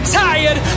tired